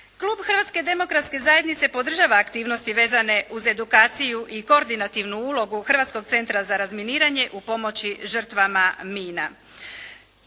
Klub Hrvatske demokratske zajednice podržava aktivnosti vezane uz edukaciju i koordinativnu ulogu Hrvatskog centra za razminiranje u pomoći žrtvama mina.